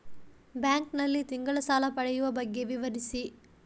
Bank ನಲ್ಲಿ ತಿಂಗಳ ಸಾಲ ಪಡೆಯುವ ಬಗ್ಗೆ ವಿವರಿಸಿ?